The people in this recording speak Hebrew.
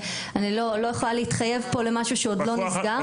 אני לא יכולה להתחייב פה למשהו שעוד לא נסגר.